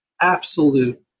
absolute